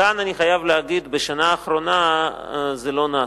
כאן אני חייב להגיד, בשנה האחרונה זה לא נעשה.